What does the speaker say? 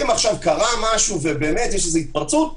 אם עכשיו קרה משהו ויש איזה התפרצות,